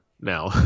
now